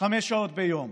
חמש שעות ביום.